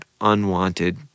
unwanted